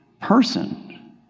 person